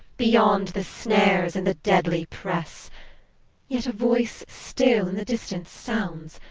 beyond the snares and the deadly press yet a voice still in the distance sounds,